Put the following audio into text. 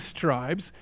tribes